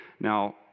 Now